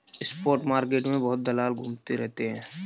spot market में बहुत दलाल घूमते रहते हैं